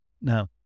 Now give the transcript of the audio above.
Now